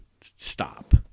stop